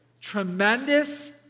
tremendous